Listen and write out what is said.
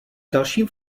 dalším